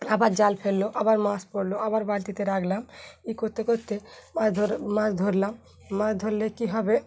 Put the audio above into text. আবার জাল ফেললো আবার মাছ পড়লো আবার বালতিতে রাখলাম ই করতে করতে মাছ ধ মাছ ধরলাম মাছ ধরলে কী হবে